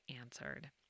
answered